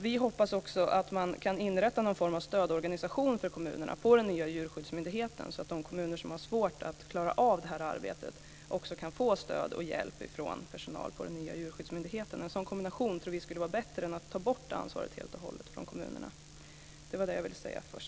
Vi hoppas också att man kan inrätta någon form av stödorganisation för kommunerna på den nya djurskyddsmyndigheten så att de kommuner som har svårt att klara av det här arbetet kan få stöd och hjälp från personal på den nya djurskyddsmyndigheten. En sådan kombination tror vi skulle vara bättre än att ta bort ansvaret helt och hållet från kommunerna. Det var det jag ville säga först.